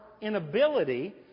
inability